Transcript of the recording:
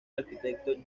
arquitecto